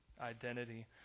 identity